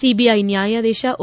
CBI ನ್ವಾಯಾಧೀಶ ಓ